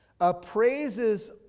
appraises